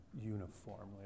uniformly